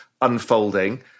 unfolding